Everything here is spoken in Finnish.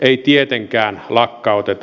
ei tietenkään lakkauteta